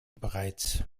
bereits